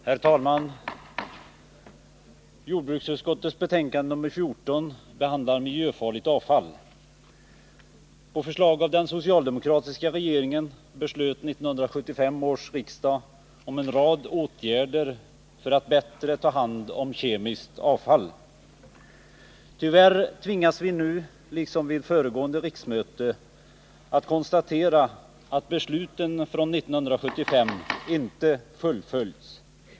Herr talman! Jordbruksutskottets betänkande nr 14 behandlar miljöfarligt avfall. På förslag av den socialdemokratiska regeringen beslöt 1975 års riksdag om en rad åtgärder för att bättre ta hand om kemiskt avfall. Tyvärr tvingas vi nu liksom vid föregående riksmöte konstatera att besluten från 1975 inte har fullföljts.